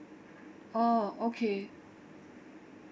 orh okay